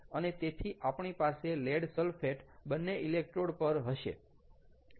અને તેથી આપણી પાસે લેડ સલ્ફેટ બંને ઇલેક્ટ્રોડ પર હશે